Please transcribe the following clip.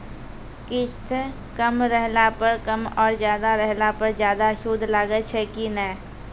किस्त कम रहला पर कम और ज्यादा रहला पर ज्यादा सूद लागै छै कि नैय?